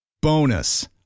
Bonus